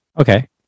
Okay